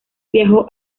viajó